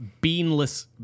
beanless